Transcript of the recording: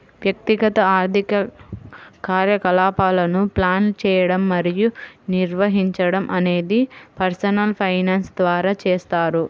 వ్యక్తిగత ఆర్థిక కార్యకలాపాలను ప్లాన్ చేయడం మరియు నిర్వహించడం అనేది పర్సనల్ ఫైనాన్స్ ద్వారా చేస్తారు